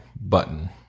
button